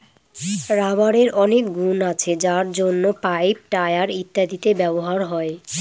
রাবারের অনেক গুন আছে যার জন্য পাইপ, টায়ার ইত্যাদিতে ব্যবহার হয়